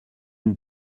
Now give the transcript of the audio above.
une